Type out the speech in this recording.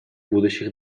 будущих